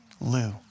Lou